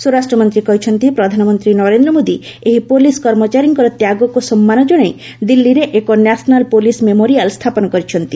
ସ୍ୱରାଷ୍ଟ୍ରମନ୍ତ୍ରୀ କହିଛନ୍ତି ପ୍ରଧାନମନ୍ତ୍ରୀ ନରେନ୍ଦ୍ର ମୋଦି ଏହି ପୋଲିସ୍ କର୍ମଚାରୀଙ୍କର ତ୍ୟାଗକୁ ସମ୍ମାନ ଜଣାଇ ଦିଲ୍ଲୀରେ ଏକ ନ୍ୟାସନାଲ୍ ପୋଲିସ୍ ମେମୋରିଆଲ୍ ସ୍ଥାପନ କରିଛନ୍ତି